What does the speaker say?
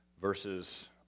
verses